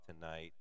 tonight